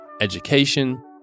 education